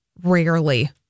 Rarely